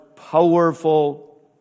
powerful